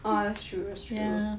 oh that's true that's true